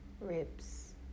ribs